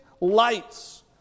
lights